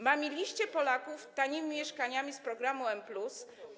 Mamiliście Polaków tanimi mieszkaniami z programu M+.